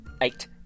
eight